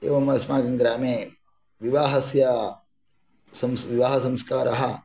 एवम् अस्माकं ग्रामे विवाहस्य विवाहसंस्कारः